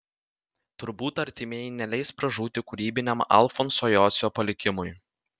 turbūt artimieji neleis pražūti kūrybiniam alfonso jocio palikimui